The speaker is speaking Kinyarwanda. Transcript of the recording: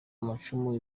amacumu